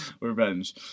Revenge